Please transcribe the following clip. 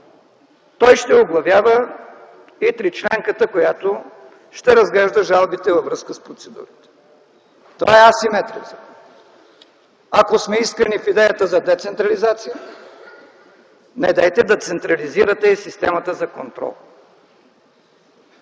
той ще оглавява и тричленката, която ще разглежда жалбите във връзка с процедурата. Това е асиметрия за мен. Ако сме искрени в идеята за децентрализация, недейте да централизирате и системата за контрол!